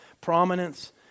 prominence